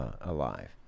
alive